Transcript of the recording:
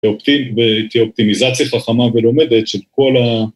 ואיתי אופטימיזציה חכמה ולומדת של כל ה...